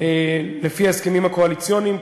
לפי ההסכמים הקואליציוניים,